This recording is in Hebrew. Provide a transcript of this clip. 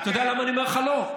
אתה יודע למה אני אומר לך לא?